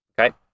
okay